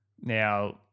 Now